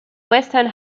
weston